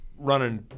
running